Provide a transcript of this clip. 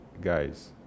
guys